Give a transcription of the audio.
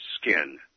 skin